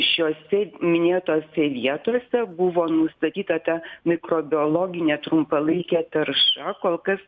šiose minėtose vietose buvo nustatyta ta mikrobiologinė trumpalaikė tarša kol kas